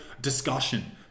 discussion